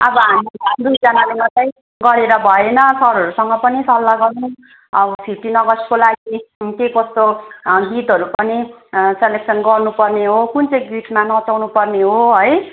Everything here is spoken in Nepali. अब हामी दुईजनाले मात्रै गरेर भएन सरहरूसँग पनि सल्लाह गरौँ अब फिफ्टिन अगस्टको लागि के कस्तो गीतहरू पनि सेलेक्सन गर्नुपर्ने हो कुन चाहिँ गीतमा नचाउनु पर्ने हो है